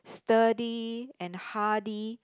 sturdy and hardy